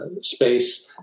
space